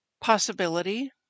possibility